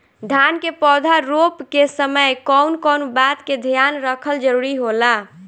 धान के पौधा रोप के समय कउन कउन बात के ध्यान रखल जरूरी होला?